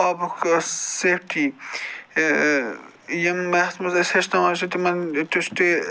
آبُک سیفٹی یِم یتھ مَنٛز اَسہِ ہیٚچھناوان چھِ تِمن تہِ چھُ تہِ